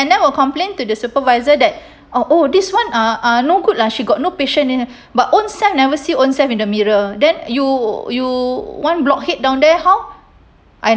and then will complain to the supervisor that oh this [one] uh uh no good ah she got no patient then but own self never see own self in the mirror then you you one blockhead down there how I